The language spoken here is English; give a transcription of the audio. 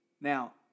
Now